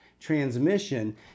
transmission